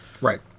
Right